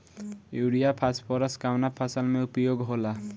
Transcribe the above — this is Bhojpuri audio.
युरिया फास्फोरस कवना फ़सल में उपयोग होला?